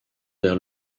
vers